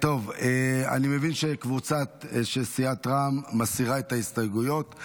טוב, אני מבין שסיעת רע"מ מסירה את ההסתייגויות.